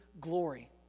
glory